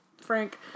frank